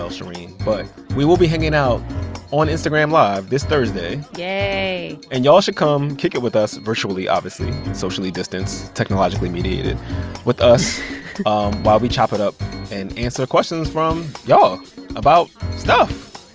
shereen. but we will be hanging out on instagram live this thursday yay and y'all should come kick it with us virtually, obviously socially distanced, technologically mediated with us while we chop it up and answer questions from y'all about stuff